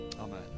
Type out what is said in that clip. Amen